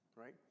right